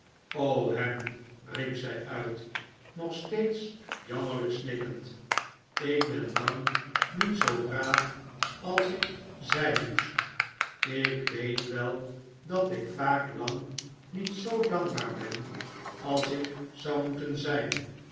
riep zij uit nog steeds jammerlijk snikkend ik ben lang niet zoo braaf als ik zijn moest ik weet wel dat ik vaak lang niet zoo dankbaar ben als ik zou moeten zijn